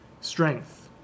strength